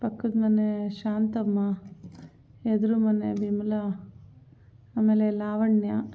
ಪಕ್ಕದ ಮನೆ ಶಾಂತಮ್ಮ ಎದ್ರು ಮನೆ ವಿಮಲಾ ಆಮೇಲೆ ಲಾವಣ್ಯಾ